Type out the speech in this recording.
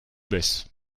baissent